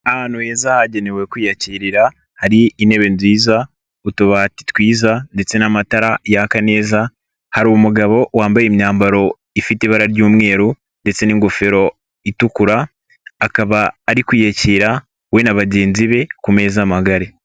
Ahantu heza hagenewe kwiyakirira hari intebe nziza, utubati twiza ndetse n'amatara yaka neza. Harimu umugabo wambaye imyambaro ifite ibara ry'umweru ndetse n'ingofero itukura, akaba ari kwiyakira we na bagenzi be ku meza magari.